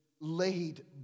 laid